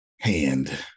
hand